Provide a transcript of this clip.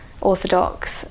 orthodox